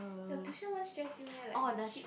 your tuition won't stress you meh like the kid